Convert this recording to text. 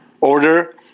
order